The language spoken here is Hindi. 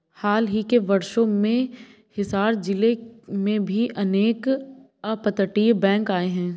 हाल ही के वर्षों में हिसार जिले में भी अनेक अपतटीय बैंक आए हैं